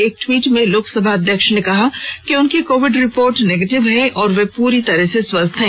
एक ट्वीट में लोकसभा अध्यक्ष ने कहा कि उनकी कोविड रिपोर्ट नेगेटिव है और अब वे पूरी तरह से स्वस्थ हैं